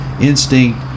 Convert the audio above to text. instinct